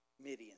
Midian